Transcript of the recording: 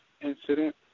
incident